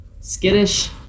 skittish